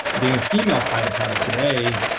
being a female fighter pilot today,